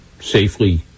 safely